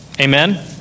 Amen